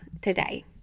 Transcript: today